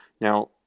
Now